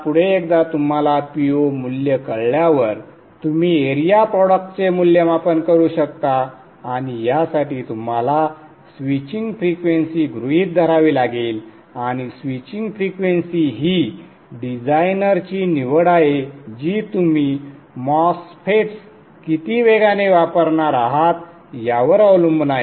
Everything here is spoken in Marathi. पुढे एकदा तुम्हाला Po मूल्य कळल्यावर तुम्ही एरिया प्रॉडक्टचे मूल्यमापन करू शकता आणि यासाठी तुम्हाला स्विचिंग फ्रिक्वेंसी गृहीत धरावी लागेल आणि स्विचिंग फ्रिक्वेंसी ही डिझायनरची निवड आहे जी तुम्ही MOSFETS किती वेगाने वापरणार आहात यावर अवलंबून आहे